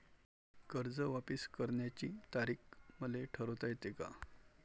कर्ज वापिस करण्याची तारीख मले ठरवता येते का?